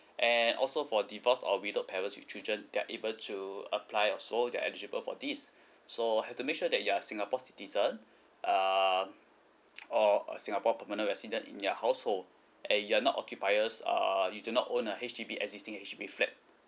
and also for divorce or widowed parents with children they're able to apply also you're eligible for this so have to make sure that you are singapore citizen um or a singapore permanent resident in your household and you're not occupiers err you do not own a H_D_B existing H_D_B flat